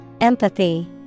Empathy